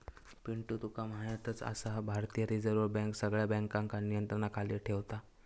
पिंटू तुका म्हायतच आसा, भारतीय रिझर्व बँक सगळ्या बँकांका नियंत्रणाखाली ठेवता